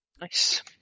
Nice